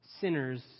sinners